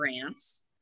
grants